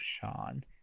Sean